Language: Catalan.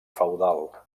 feudal